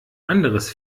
anderes